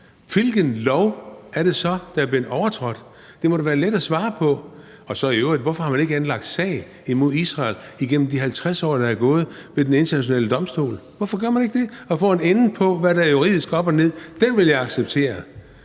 hvilken lov er det så, der er blevet overtrådt. Det må da være let at svare på. I øvrigt vil jeg spørge, hvorfor man ikke har anlagt sag imod Israel igennem de 50 år, der er gået, ved Den Internationale Domstol. Hvorfor gør man ikke det, så man kan få en ende på, hvad der juridisk er op og ned? Den ville jeg acceptere.